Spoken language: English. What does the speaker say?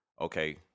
okay